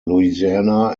louisiana